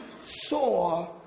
saw